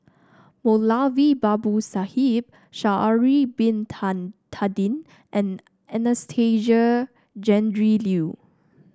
Moulavi Babu Sahib Sha'ari Bin Tadin and Anastasia Tjendri Liew